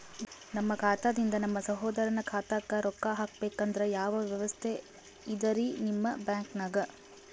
ನಮ್ಮ ಖಾತಾದಿಂದ ನಮ್ಮ ಸಹೋದರನ ಖಾತಾಕ್ಕಾ ರೊಕ್ಕಾ ಹಾಕ್ಬೇಕಂದ್ರ ಯಾವ ವ್ಯವಸ್ಥೆ ಇದರೀ ನಿಮ್ಮ ಬ್ಯಾಂಕ್ನಾಗ?